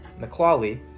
McClawley